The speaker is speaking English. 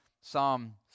psalm